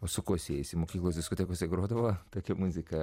o su kuo siejasi mokyklos diskotekose grodavo tokia muzika